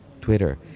Twitter